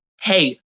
hey